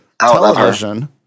television